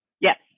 Yes